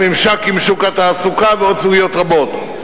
הממשק עם שוק התעסוקה ועוד סוגיות רבות.